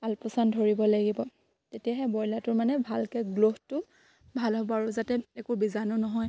আলপৈচান ধৰিব লাগিব তেতিয়াহে ব্ৰইলাৰটোৰ মানে ভালকে গ্ৰ'থটো ভাল হ'ব আৰু যাতে একো বীজাণু নহয়